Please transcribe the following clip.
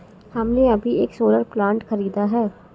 हमने अभी एक सोलर प्लांट खरीदा है